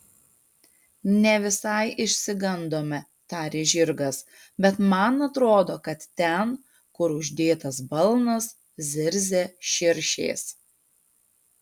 ne visai išsigandome tarė žirgas bet man atrodo kad ten kur uždėtas balnas zirzia širšės